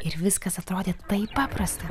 ir viskas atrodė taip paprasta